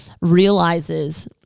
realizes